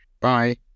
bye